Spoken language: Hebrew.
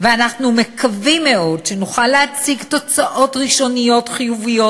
ואנחנו מקווים מאוד שנוכל להשיג תוצאות ראשוניות חיוביות,